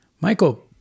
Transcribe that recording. Michael